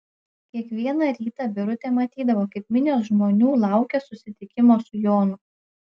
kiekvieną rytą birutė matydavo kaip minios žmonių laukia susitikimo su jonu